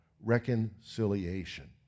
reconciliation